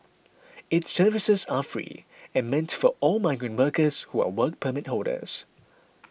its services are free and meant for all migrant workers who are Work Permit holders